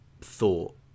thought